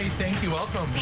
thank you also.